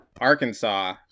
arkansas